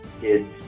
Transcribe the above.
kids